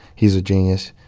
he's a genius